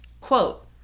quote